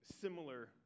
similar